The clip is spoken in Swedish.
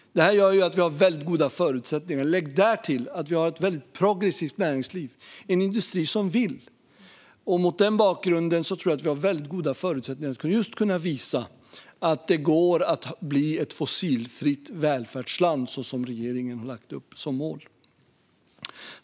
Det gör att vi har goda förutsättningar. Lägg därtill att vi har ett progressivt näringsliv med en industri som vill. Mot den bakgrunden tror jag att vi har goda förutsättningar att just kunna visa att det går att bli ett fossilfritt välfärdsland så som regeringen har lagt upp som mål.